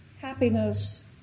happiness